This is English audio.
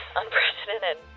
unprecedented